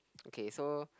okay so